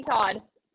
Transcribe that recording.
Todd